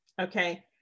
Okay